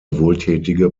wohltätige